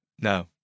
No